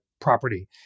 property